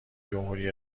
جمهوری